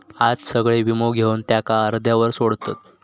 आज सगळे वीमो घेवन त्याका अर्ध्यावर सोडतत